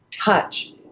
touch